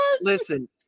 Listen